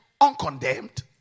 uncondemned